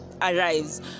arrives